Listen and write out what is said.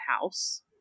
house